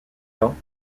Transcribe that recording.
temps